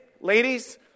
ladies